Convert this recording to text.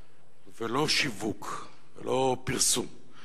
ולא שיווק ולא פרסום.